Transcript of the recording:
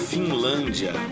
Finlândia